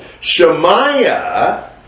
Shemaiah